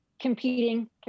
Competing